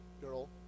girl